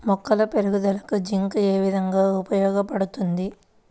మొక్కల పెరుగుదలకు జింక్ ఏ విధముగా ఉపయోగపడుతుంది?